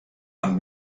amb